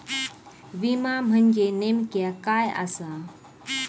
विमा म्हणजे नेमक्या काय आसा?